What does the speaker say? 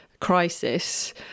crisis